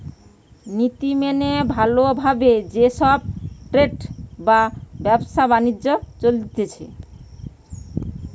নীতি মেনে ভালো ভাবে যে সব ট্রেড বা ব্যবসা বাণিজ্য চলতিছে